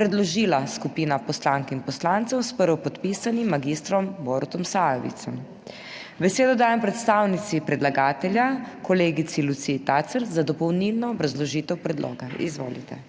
predložila skupina poslank in poslancev s prvopodpisanim magistrom Borutom Sajovicem. Besedo dajem predstavnici predlagatelja kolegici Terezi Novak za dopolnilno obrazložitev predloga. Izvolite.